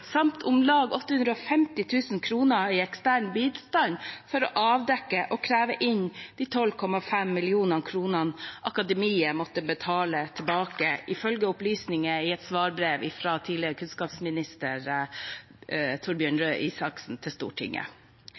samt om lag 850 000 kr i ekstern bistand for å avdekke og kreve inn de 12,5 mill. kr Akademiet måtte betale tilbake, ifølge opplysninger i et svarbrev fra tidligere kunnskapsminister Torbjørn Røe Isaksen til Stortinget.